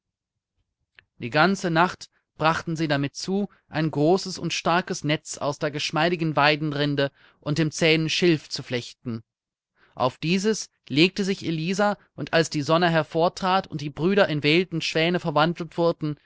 die ganze nacht brachten sie damit zu ein großes und starkes netz aus der geschmeidigen weidenrinde und dem zähen schilf zu flechten auf dieses legte sich elisa und als die sonne hervortrat und die brüder in wilde schwäne verwandelt wurden